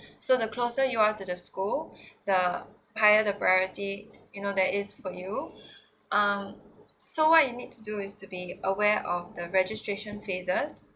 so the closer you are to the school the prior the priority you know there is for you um so what you need to do is to be aware of the registration phases